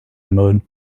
mode